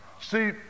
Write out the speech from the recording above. See